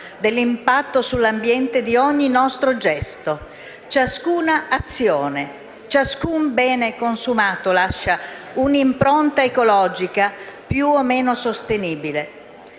dell'impatto sull'ambiente di ogni nostro gesto. Ciascuna azione, ciascun bene consumato lascia un'impronta ecologica più o meno sostenibile.